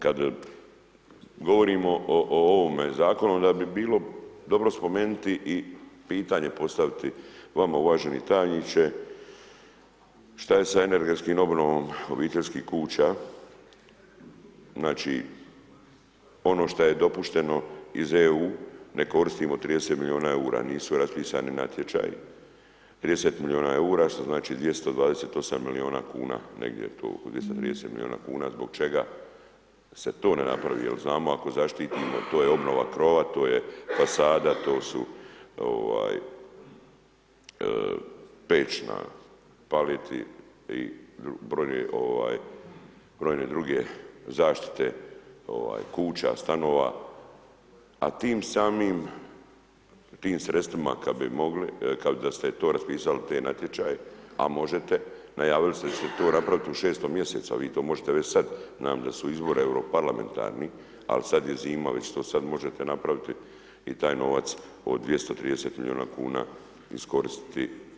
Kad govorimo o ovom zakonu, onda bi bilo dobro spomenuti i pitanje postaviti vama uvaženi tajniče, šta je sa energetskom obnovom obiteljskih kuća znači ono šta je dopušteno iz EU, ne koristimo 30 milijuna eura, nisu raspisani natječaji, 30 milijuna eura što znači 228 milijuna kuna, negdje je to 230 milijuna kuna, zbog čega se to ne napravi jer znamo ako zaštitimo, to je obnova krova, to je fasada, to su peć na palete i brojne druge zaštite kuća, stanova, a tim samim, tim sredstvima da ste raspisali te natječaje, a možete, najavili ste da će to napraviti u 6 mj. a vi to možete već sad, znam da su izbori euro parlamentarni ali sad je zima, već to sad možete napraviti i taj novac od 230 milijuna kuna iskoristiti.